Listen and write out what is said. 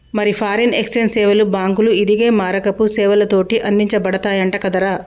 మరి foreign exchange సేవలు బాంకులు, ఇదిగే మారకపు సేవలతోటి అందించబడతయంట కదరా